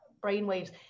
brainwaves